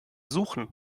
suchen